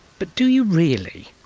but do you really?